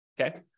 okay